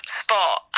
spot